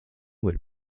would